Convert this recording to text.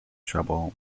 trouble